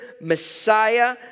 Messiah